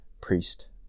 priest